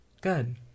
Good